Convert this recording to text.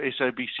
SABC